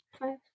five